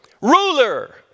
ruler